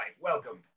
Welcome